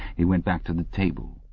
he went back to the table,